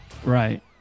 Right